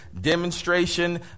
demonstration